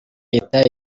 ihita